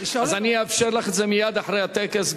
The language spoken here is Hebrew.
אז אאפשר מייד אחרי הטקס,